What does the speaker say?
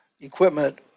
equipment